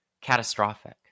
catastrophic